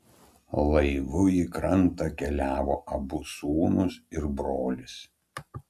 laivu į krantą keliavo abu sūnūs ir brolis